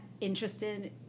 interested